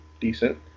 decent